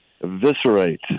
eviscerate